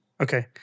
Okay